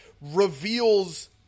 reveals